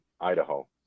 Idaho